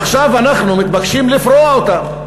עכשיו אנחנו מתבקשים לפרוע אותו.